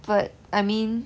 but I mean